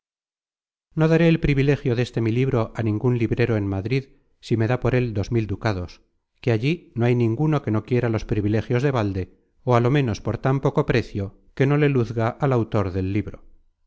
no daré el privilegio deste mi libro á ningun librero en madrid si me da por el dos mil ducados que allí no hay ninguno que no quiera los privilegios de balde ó á lo menos por tan poco precio que no le luzga al autor del libro